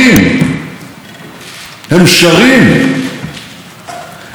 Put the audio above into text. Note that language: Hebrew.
בעיני רוחי יכולתי לשמוע את בני עמנו מתפללים,